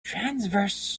transverse